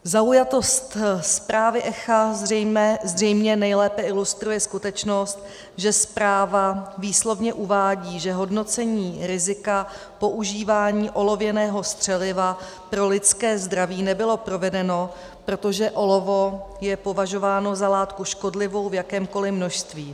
Zaujatost zprávy ECHA zřejmě nejlépe ilustruje skutečnost, že zpráva výslovně uvádí, že hodnocení rizika používání olověného střeliva pro lidské zdraví nebylo provedeno, protože olovo je považováno za látku škodlivou v jakémkoli množství.